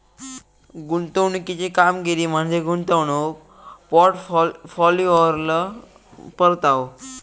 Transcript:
गुंतवणुकीची कामगिरी म्हणजे गुंतवणूक पोर्टफोलिओवरलो परतावा